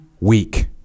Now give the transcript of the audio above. weak